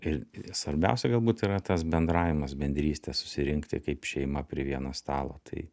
ir svarbiausia galbūt yra tas bendravimas bendrystė susirinkti kaip šeima prie vieno stalo tai